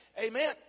Amen